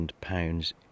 pounds